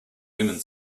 women